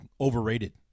overrated